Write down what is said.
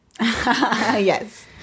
yes